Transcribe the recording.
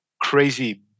crazy